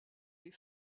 les